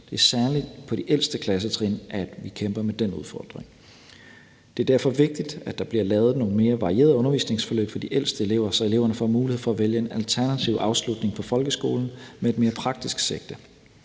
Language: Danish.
Det er særlig på de ældste klassetrin, at vi kæmper med den udfordring. Det er derfor vigtigt, at der bliver lavet nogle mere varierede undervisningsforløb for de ældste elever, så eleverne får mulighed for at vælge en alternativ afslutning på folkeskolen med et mere praktisk sigte.